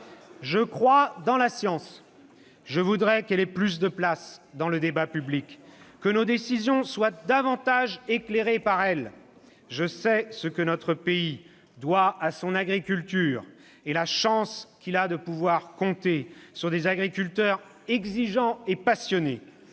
Je crois dans la science. » Très bien !« Je voudrais qu'elle ait plus de place dans le débat public, que nos décisions soient davantage éclairées par elle. Je sais ce que notre pays doit à son agriculture et la chance qu'il a de pouvoir compter sur des agriculteurs exigeants et passionnés.